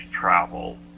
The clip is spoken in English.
travel